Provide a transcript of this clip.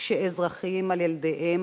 שאזרחים על ילדיהם,